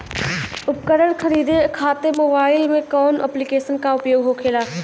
उपकरण खरीदे खाते मोबाइल में कौन ऐप्लिकेशन का उपयोग होखेला?